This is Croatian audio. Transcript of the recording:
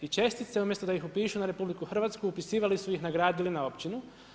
I čestite umjesto da ih upišu na RH, upisivali su ih na grad ili na općinu.